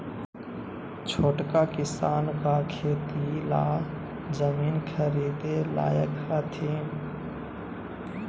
छोटका किसान का खेती ला जमीन ख़रीदे लायक हथीन?